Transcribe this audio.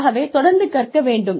ஆகவே தொடர்ந்து கற்க வேண்டும்